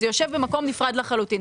זה יושב במקום נפרד לחלוטין.